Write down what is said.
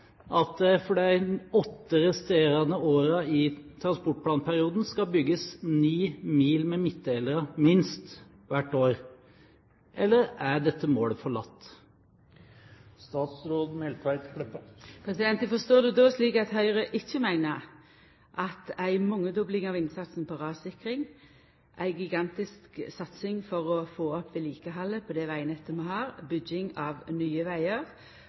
at det for de åtte resterende årene i transportplanperioden skal bygges minst 9 mil med midtdelere hvert år, eller er dette målet forlatt? Eg forstår det då slik at Høgre ikkje meiner at ei mangedobling av innsatsen på rassikring, ei gigantisk satsing for å få opp vedlikehaldet på det vegnettet vi har, og bygging av nye vegar